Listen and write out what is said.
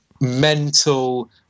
Mental